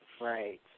Right